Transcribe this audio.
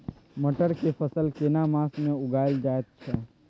मटर के फसल केना मास में उगायल जायत छै?